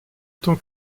tant